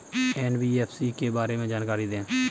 NBFC के बारे में जानकारी दें?